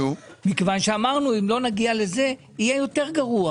מכיוון שאמרנו שאם לא נגיע לזה יהיה יותר גרוע.